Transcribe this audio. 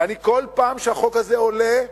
ואני, כל פעם שהחוק הזה עולה,